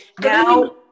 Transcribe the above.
now